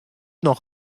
noch